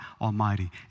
Almighty